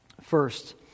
First